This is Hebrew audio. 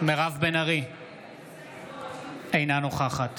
אינה נוכחת